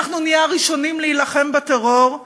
אנחנו נהיה הראשונים להילחם בטרור,